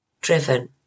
Driven